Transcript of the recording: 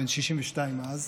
בן 62 אז,